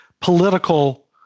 political